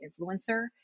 influencer